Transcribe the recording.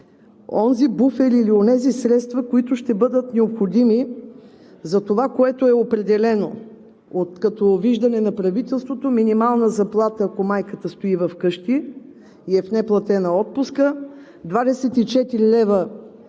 онзи буфер или онези средства, които ще бъдат необходими за това, което е определено като виждане на правителството – минимална заплата, ако майката стои вкъщи и е в неплатена отпуска – 24 лв.,